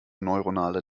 neuronale